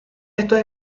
estos